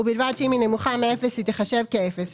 ובלבד שאם היא נמוכה מאפס היא תחשב כאפס,